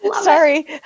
Sorry